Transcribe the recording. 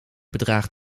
bedraagt